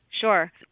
Sure